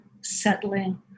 settling